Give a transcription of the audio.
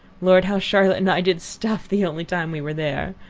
lord! how charlotte and i did stuff the only time we were there!